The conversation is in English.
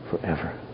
forever